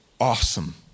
awesome